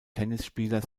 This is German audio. tennisspieler